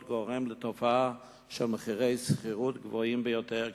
גורם לתופעה של מחירי שכירות גבוהים ביותר,